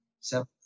seven